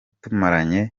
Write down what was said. tumaranye